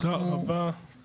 אנחנו